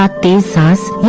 but basis